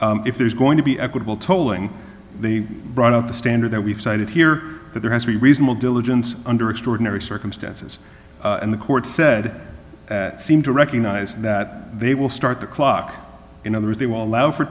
if there's going to be equitable tolling they brought up the standard that we've cited here that there has to be reasonable diligence under extraordinary circumstances and the court said that seem to recognize that they will start the clock in other words they will allow for